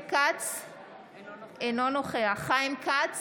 אינו נוכח חיים כץ,